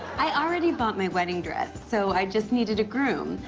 i already bought my wedding dress, so i just needed a groom.